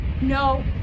No